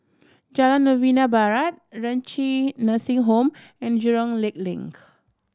Jalan Novena Barat Renci Nursing Home and Jurong Lake Link